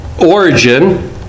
origin